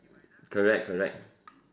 correct correct